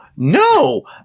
No